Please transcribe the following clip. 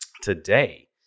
today